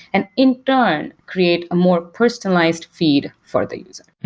and in turn create a more personalized feed for the user.